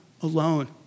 alone